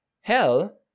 hell